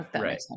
Right